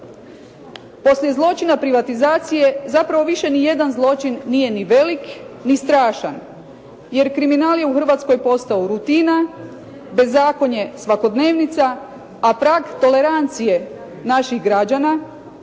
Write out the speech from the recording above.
Poslije zločina privatizacije zapravo nijedan zločin nije ni velik, ni strašan, jer kriminal je u Hrvatskoj postao rutina, bezakonje, svakodnevnica, a prag tolerancije naših građana